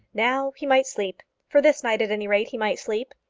now he might sleep. for this night, at any rate, he might sleep.